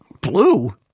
blue